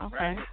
Okay